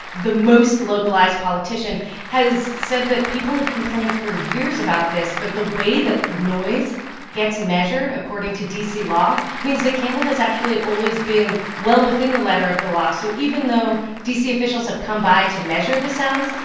the most-localized politician has said that people have complained for years about this, but the way that noise gets measured according to d c. law means that campbell has actually always been well within the letter of the law. so even though d c. officials have come by to measure the sounds,